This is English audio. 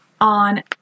on